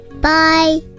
Bye